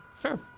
Sure